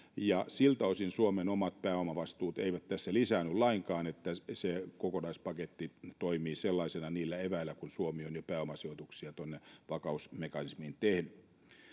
siltä osin suomen omat pääomavastuut eivät tässä lisäänny lainkaan se kokonaispaketti toimii sellaisena niillä eväillä kuin suomi on jo pääomasijoituksia tuonne vakausmekanismiin tehnyt